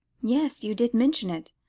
yes, you did mention it,